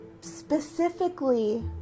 specifically